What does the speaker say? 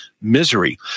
misery